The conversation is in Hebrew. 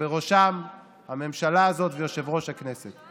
ובראשה הממשלה הזאת ויושב-ראש הכנסת.